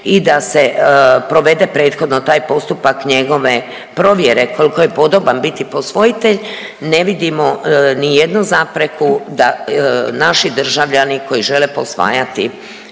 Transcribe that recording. i da se provede prethodno taj postupak njegove provjere koliko je podoban biti posvojitelj, ne vidimo nijednu zapreku da naši državljani koji žele posvajati